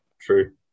true